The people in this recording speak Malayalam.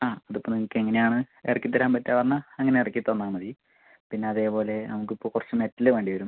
ആ ഇത് ഇപ്പോൾ നിങ്ങൾക്ക് എങ്ങനെ ആണ് ഇറക്കി തരാൻ പറ്റുകയെന്ന് പറഞ്ഞാൽ അങ്ങനെ ഇറക്കി തന്നാൽ മതി പിന്നെ അതേപോലെ നമുക്ക് ഇപ്പോൾ കുറച്ച് മെറ്റല് വേണ്ടി വരും